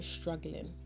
struggling